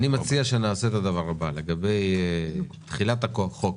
אני מציע שנעשה את הדבר הבא: לגבי תחילת החוק,